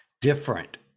different